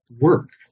work